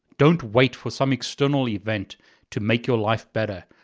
don't wait for some external event to make your life better.